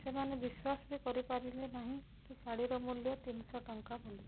ସେମାନେ ବିଶ୍ୱାସ ବି କରିପାରିଲେ ନାହିଁ କି ଶାଢ଼ୀର ମୂଲ୍ୟ ତିନିଶହ ଟଙ୍କା ବୋଲି